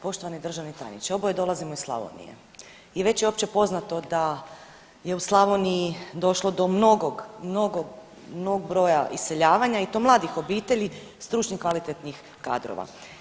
Poštovani državni tajniče, oboje dolazimo iz Slavonije i već je općepoznato da je u Slavoniji došlo do mnogog, mnogog broja iseljavanja i to mladih obitelji stručnih kvalitetnih kadrova.